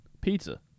pizza